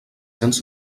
cents